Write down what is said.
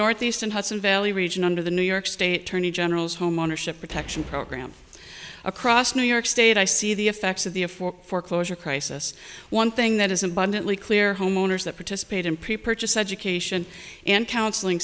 northeast and hudson valley region under the new york state attorney general's homeownership protection program across new york state i see the effects of the afore foreclosure crisis one thing that is abundantly clear homeowners that participate in pre purchased education and counseling